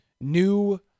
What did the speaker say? new